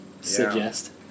suggest